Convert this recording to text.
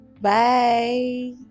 Bye